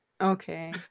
okay